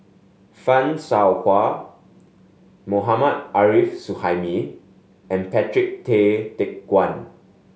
Fan Shao Hua Mohammad Arif Suhaimi and Patrick Tay Teck Guan